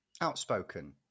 Outspoken